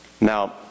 Now